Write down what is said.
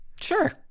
Sure